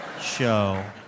show